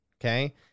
okay